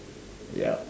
ya